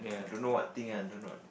don't know what thing lah don't know